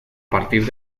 partir